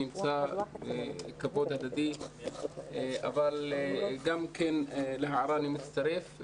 שנמצא כאן אתנו אבל אני מצטרף להערה.